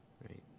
right